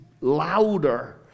louder